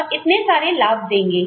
और इतने सारे लाभ देंगे